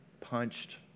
punched